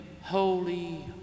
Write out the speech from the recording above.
holy